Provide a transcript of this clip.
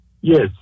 yes